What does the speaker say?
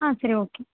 ஆ சரி ஓகே